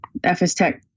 FSTech